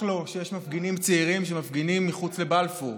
לו שיש מפגינים צעירים שמפגינים מחוץ לבלפור.